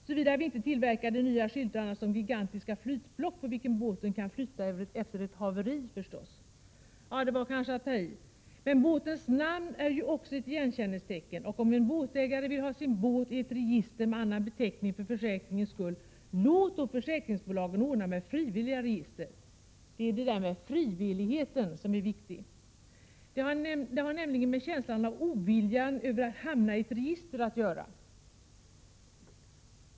Såvida vi inte tillverkar de nya skyltarna som gigantiska flytblock, på vilka båten kan flyta efter ett haveri förstås! Ja, det var kanske att ta i, men båtens namn är ju också ett igenkänningstecken, och om en båtägare vill ha sin båt i ett register med annan beteckning för försäkringens skull, låt då försäkringsbolagen ordna med frivilliga register. Det där med frivillighet är viktigt. Det har nämligen med känslan av ovilja över att hamna i ett register att göra.